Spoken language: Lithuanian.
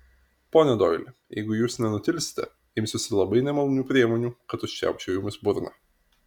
pone doili jeigu jūs nenutilsite imsiuosi labai nemalonių priemonių kad užčiaupčiau jums burną